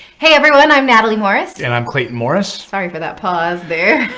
hey, everyone i'm natalie morris. and i'm clayton morris. sorry, for that pause there.